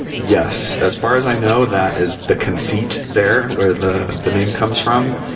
yes, as far as i know, that is the conceit there where the the name comes from.